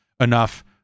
enough